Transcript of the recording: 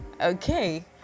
okay